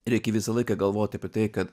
reikia visą laiką galvot apie tai kad